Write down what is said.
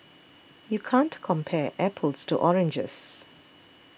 you can't compare apples to oranges